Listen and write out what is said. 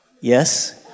Yes